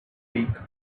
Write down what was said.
week